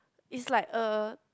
is like uh